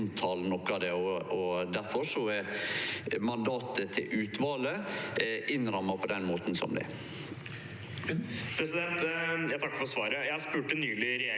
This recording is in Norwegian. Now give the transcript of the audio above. og difor er mandatet til utvalet innramma på den måten det er.